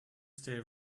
stay